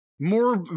more